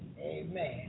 Amen